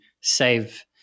save